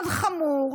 מאוד חמור,